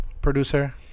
producer